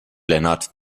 lennart